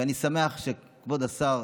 ואני שמח שכבוד שר